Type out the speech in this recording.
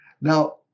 Now